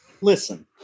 Listen